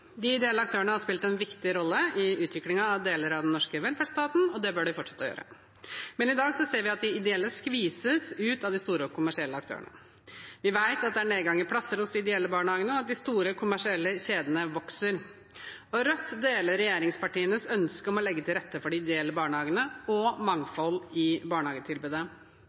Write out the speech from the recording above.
De ideelle aktørene har spilt en viktig rolle i utviklingen av deler av den norske velferdsstaten, og det bør de fortsette å gjøre, men i dag ser vi at de ideelle skvises ut av de store og kommersielle aktørene. Vi vet at det er nedgang i plasser hos de ideelle barnehagene, og at de store kommersielle kjedene vokser. Rødt deler regjeringspartienes ønske om å legge til rette for de ideelle barnehagene og mangfold i barnehagetilbudet.